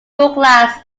douglass